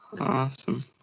awesome